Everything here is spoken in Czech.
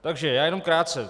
Takže já jenom krátce.